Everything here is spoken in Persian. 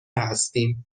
هستیم